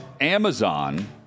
Amazon